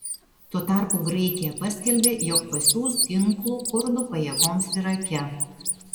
tuo tarpu graikija paskelbė jog pasiųs ginklų kurdų pajėgoms irake